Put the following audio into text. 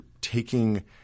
taking